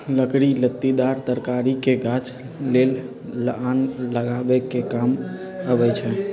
लकड़ी लत्तिदार तरकारी के गाछ लेल अलान लगाबे कें काम अबई छै